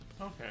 Okay